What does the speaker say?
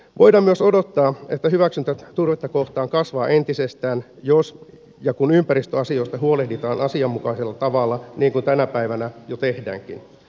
voidaan myös odottaa että hyväksyntä turvetta kohtaan kasvaa entisestään jos ja kun ympäristöasioista huolehditaan asianmukaisella tavalla niin kuin tänä päivänä jo tehdäänkin